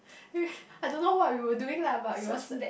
I don't know what we are doing lah but it was